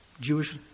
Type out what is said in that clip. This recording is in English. Jewish